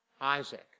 Isaac